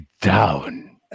down